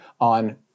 on